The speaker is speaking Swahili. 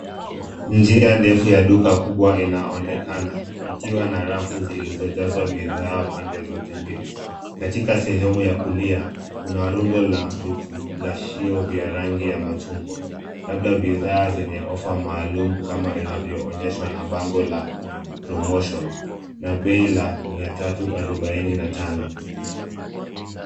Njia ndefu ya duka kubwa inaonekana ikiwa na rafu zilizojazwa bidhaa pande zote mbili. Katika sehemu ya kulia kuna rundo la vifungashio vya rangi ya machungwa labda bidhaa zenye ofa maalum kama inavyoonyeshwa na bango la Promotion na bei la mia tatu arobaini na tano.